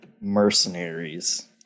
Mercenaries